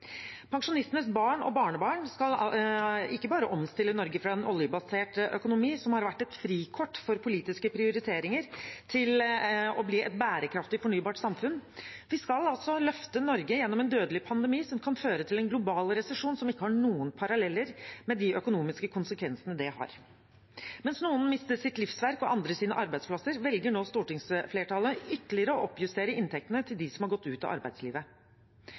Pensjonistenes barn og barnebarn skal ikke bare omstille Norge fra en oljebasert økonomi – som har vært et frikort for politiske prioriteringer – til å bli et bærekraftig fornybart samfunn. De skal altså løfte Norge gjennom en dødelig pandemi som kan føre til en global resesjon som ikke har noen paralleller, med de økonomiske konsekvensene det har. Mens noen mister sitt livsverk og andre sine arbeidsplasser, velger nå stortingsflertallet ytterligere å oppjustere inntektene til dem som har gått ut av arbeidslivet.